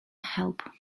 help